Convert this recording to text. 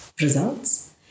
results